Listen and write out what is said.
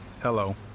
Hello